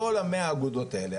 כל המאה אגודות האלה,